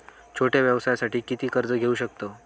छोट्या व्यवसायासाठी किती कर्ज घेऊ शकतव?